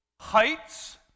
heights